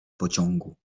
pociągu